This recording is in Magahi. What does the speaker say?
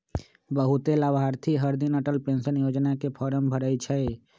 बहुते लाभार्थी हरदिन अटल पेंशन योजना के फॉर्म भरई छई